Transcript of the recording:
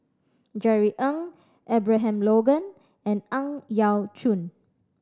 Jerry Ng Abraham Logan and Ang Yau Choon